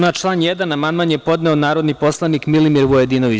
Na član 1. amandman je podneo narodni poslanik Milimir Vujadinović.